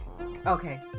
okay